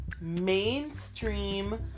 mainstream